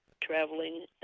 traveling